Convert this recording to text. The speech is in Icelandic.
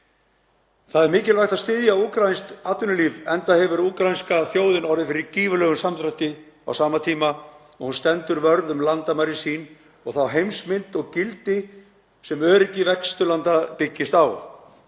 Það er mikilvægt að styðja úkraínskt atvinnulíf enda hefur úkraínska þjóðin orðið fyrir gífurlegum samdrætti á sama tíma og hún stendur vörð um landamæri sín og þá heimsmynd og gildi sem öryggi Vesturlanda byggist á.